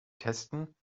testen